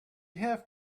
have